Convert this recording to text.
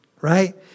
right